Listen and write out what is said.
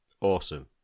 Awesome